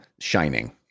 shining